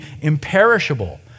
imperishable